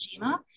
Jima